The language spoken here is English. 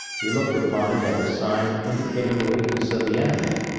he looked upon it as a sign indicating the weakness of the enemy,